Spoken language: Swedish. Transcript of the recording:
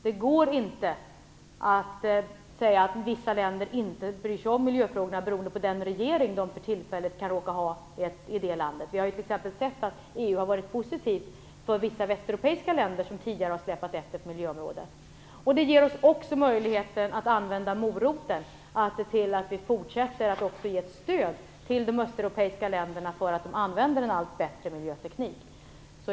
Det går inte att säga att vissa länder inte bryr sig om miljöfrågorna beroende på den regering landet i fråga för tillfället råkar ha. Vi har t.ex. sett att EU varit positivt för vissa västeuropeiska länder som tidigare släpat efter på miljöområdet. Det här ger oss också möjlighet att använda moroten och se till att vi fortsätter med att ge stöd till de östeuropeiska länderna därför att de använder en allt bättre miljöteknik.